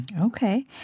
Okay